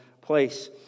place